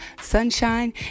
sunshine